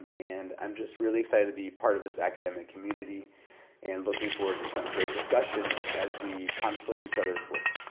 and i'm just really excited to be part of this academic community and looking forward to some great discussions as we contemplate each other's work.